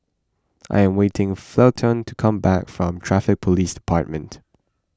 I am waiting Felton to come back from Traffic Police Department